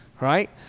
right